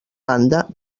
banda